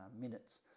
minutes